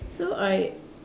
so I